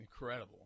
incredible